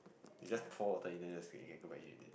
you just pour water in it then you can go back eat already